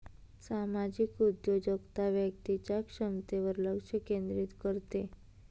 सामाजिक उद्योजकता व्यक्तीच्या क्षमतेवर लक्ष केंद्रित करते